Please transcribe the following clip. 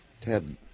Ted